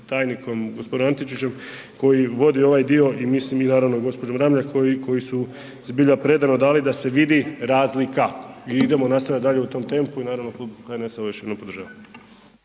tajnikom g. Antičićem koji vodi ovaj dio i mislim i naravno gđom. Ramljak koji, koji su zbilja predano dali da se vidi razlika i idemo nastavljat dalje u tom tempu i naravno Klub HNS-a ovo još jednom podržava.